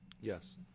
Yes